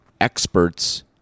experts